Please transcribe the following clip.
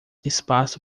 espaço